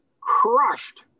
crushed